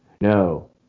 No